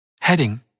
Heading